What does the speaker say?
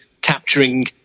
capturing